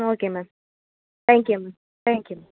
okay ma'am thank you ma'am thank you